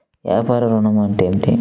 వ్యాపార ఋణం అంటే ఏమిటి?